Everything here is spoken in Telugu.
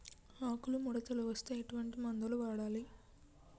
ఆకులు ముడతలు వస్తే ఎటువంటి మందులు వాడాలి?